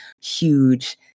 huge